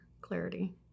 clarity